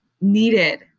needed